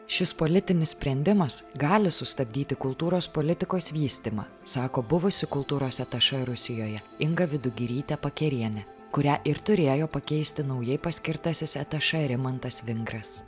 šis politinis sprendimas gali sustabdyti kultūros politikos vystymą sako buvusi kultūros atašė rusijoje inga vidugirytė pakerienė kurią ir turėjo pakeisti naujai paskirtasis atašė rimantas vingras